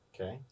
okay